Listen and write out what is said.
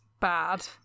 bad